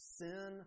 sin